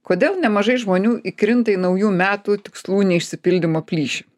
kodėl nemažai žmonių įkrinta į naujų metų tikslų neišsipildymo plyšį